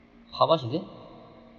how much is it